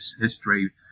history